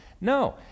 No